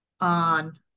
on